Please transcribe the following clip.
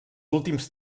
últims